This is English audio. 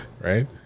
right